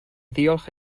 ddiolch